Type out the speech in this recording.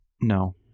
No